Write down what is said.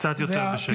קצת יותר בשקט.